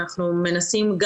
אנחנו מנסים,